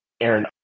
Aaron